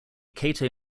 cato